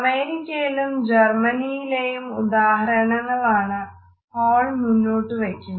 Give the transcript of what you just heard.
അമേരിക്കയിലെയും ജർമ്മനിയിലെയും ഉദാഹരണങ്ങളാണ് ഹാൾ മുന്നോട്ടു വയ്ക്കുന്നത്